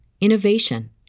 innovation